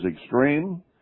extreme